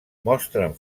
mostren